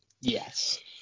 Yes